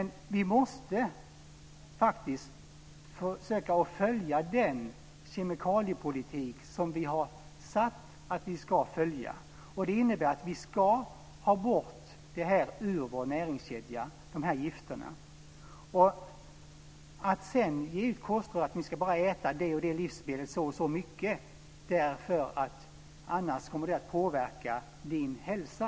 Vi måste försöka följa den kemikaliepolitik som vi har sagt att vi ska följa. Det innebär att vi ska ha bort de här gifterna ur vår näringskedja. Man kan ge ut kostråd om att man bara ska äta ett visst livsmedel i en viss mängd - annars kommer det att påverka din hälsa.